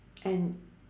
and